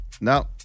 No